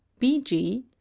bg